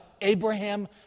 Abraham